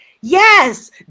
yes